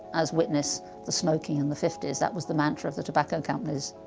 as witness the smoking in the fifty s, that was the mantra of the tobacco companies,